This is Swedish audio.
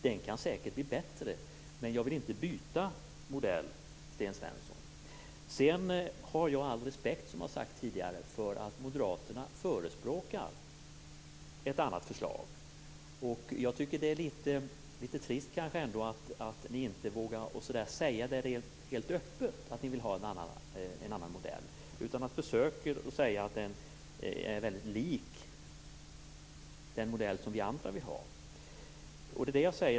Den kan säkert bli bättre, men jag vill inte byta modell, Sten Som jag har sagt tidigare, har jag all respekt för att Moderaterna förespråkar ett annat förslag. Jag tycker kanske att det är litet trist att ni inte vågar säga helt öppet att ni vill ha en annan modell. Ni försöker att säga att den är väldigt lik den modell som vi andra vill ha.